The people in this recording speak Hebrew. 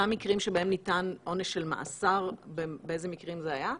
אותם מקרים שבהם ניתן עונש של מאסר באיזה מקרים זה היה?